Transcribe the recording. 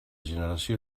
generació